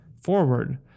forward